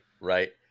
right